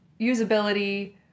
usability